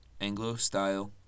Anglo-style